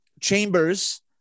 Chambers